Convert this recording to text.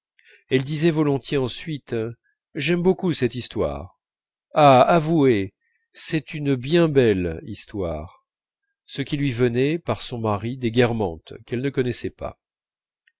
elle disait volontiers ensuite j'aime beaucoup cette histoire ah avouez c'est une bien belle histoire ce qui lui venait par son mari des guermantes qu'elle ne connaissait pas